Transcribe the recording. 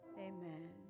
Amen